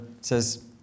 says